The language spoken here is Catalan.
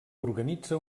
organitza